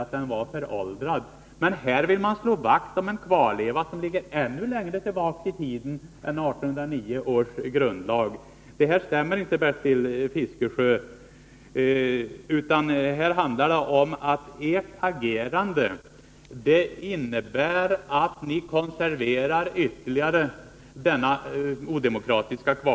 Men när det gäller statsskicket vill man slå vakt om en kvarleva från en tid ännu längre tillbaka än 1809, då den gamla grundlagen antogs. Det här stämmer inte, Bertil Fiskesjö! Ert agerande innebär att ni ytterligare konserverar denna odemokratiska kvarleva, medan vpk:s årligen återkommande motioner håller debatten vid liv. Och vi kommer att se till att den hålls vid liv. Ett ärftligt ämbete kan icke vara förenligt med en demokrati.